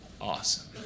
awesome